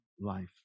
life